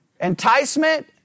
enticement